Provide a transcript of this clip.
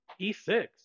E6